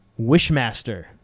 Wishmaster